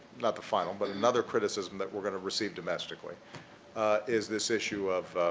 not the final, but another criticism that we're going to receive domestically is this issue of,